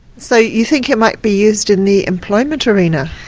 so you think it might be used in the employment arena?